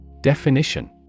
Definition